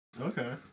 Okay